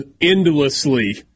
endlessly